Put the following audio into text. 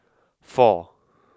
four